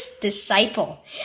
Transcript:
Disciple